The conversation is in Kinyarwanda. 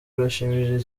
birashimishije